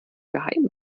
geheim